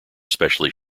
specially